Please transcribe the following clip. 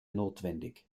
notwendig